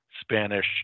Spanish